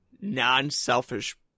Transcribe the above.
non-selfish